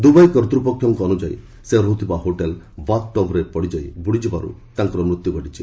Dubai କର୍ତ୍ତ୍ୱପକ୍ଷଙ୍କ ଅନୁଯାୟୀ ସେ ରହୁଥିବା ହୋଟେଲ୍ ବାଥ୍ ଟବ୍ରେ ପଡ଼ିଯାଇ ବୁଡ଼ିଯିବାରୁ ତାଙ୍କର ମୃତ୍ୟୁ ଘଟିଛି